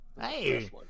Hey